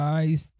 guys